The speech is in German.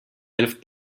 hilft